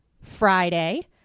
Friday